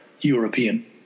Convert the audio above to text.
European